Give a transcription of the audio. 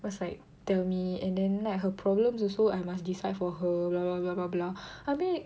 must like tell me and then like her problems also I must decide for her blah blah blah blah blah abeh